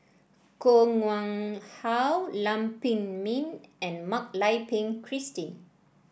Koh Nguang How Lam Pin Min and Mak Lai Peng Christine